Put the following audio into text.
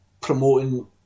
promoting